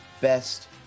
best